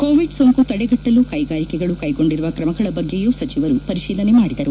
Covid ಸೋಂಕು ತಡೆಗಟ್ಟಲು ಕೈಗಾರಿಕೆಗಳು ಕೈಗೊಂಡಿರುವ ಕ್ರಮಗಳ ಬಗ್ಗೆಯೂ ಸಚಿವರು ಪರಿಶೀಲನೆ ಮಾಡಿದರು